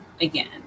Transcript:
again